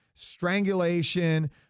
strangulation